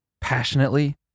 Passionately